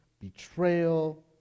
betrayal